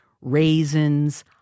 raisins